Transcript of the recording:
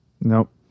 Nope